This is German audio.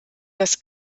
das